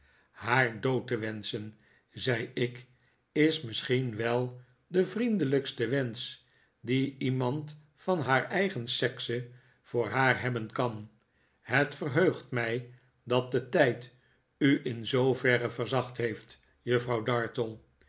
haar dood te wenschen zei ik is misschien wel de vriendelijkste wensch dien iemand van haar eigen sekse voor haar hebben kan het vcrheugt mij dat de tijd u in zooverre verzacht heeft juffrouw dartle